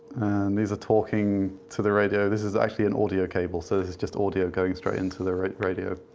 and these are talking to the radio. this is actually an audio cable, so this is just audio going straight into the radio.